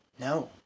No